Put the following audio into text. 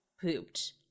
pooped